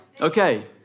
Okay